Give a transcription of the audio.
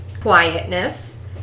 quietness